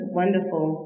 wonderful